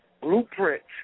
Blueprints